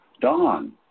Don